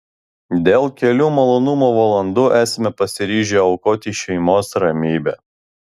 dėl kelių malonumo valandų esame pasiryžę aukoti šeimos ramybę